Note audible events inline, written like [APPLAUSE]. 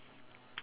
[NOISE]